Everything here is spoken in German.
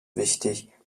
wichtig